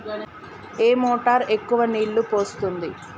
ఏ motor ఎక్కువ నీళ్లు పోస్తుంది?